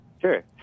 Sure